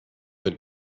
than